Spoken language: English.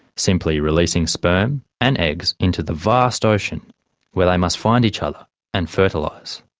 simply releasing sperm and eggs into the vast ocean where they must find each other and fertilize.